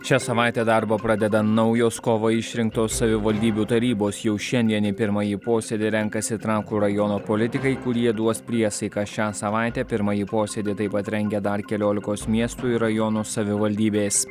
šią savaitę darbą pradeda naujos kovą išrinktos savivaldybių tarybos jau šiandien į pirmąjį posėdį renkasi trakų rajono politikai kurie duos priesaiką šią savaitę pirmąjį posėdį taip pat rengia dar keliolikos miestų ir rajonų savivaldybės